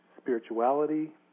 spirituality